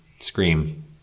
Scream